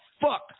fuck